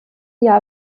jahr